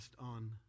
on